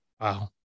Wow